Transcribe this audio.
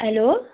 hello